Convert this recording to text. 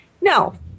No